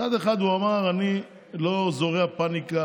מצד אחד הוא אמר: אני לא זורע פניקה,